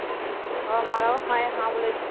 বাবা মারাও হ্যাঁ এ হ্যাঁ বলেছে